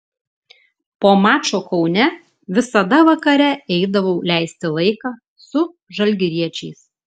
po mačo kaune visada vakare eidavau leisti laiką su žalgiriečiais